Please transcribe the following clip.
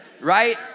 right